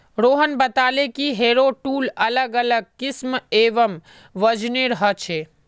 रोहन बताले कि harrow tool अलग अलग किस्म एवं वजनेर ह छे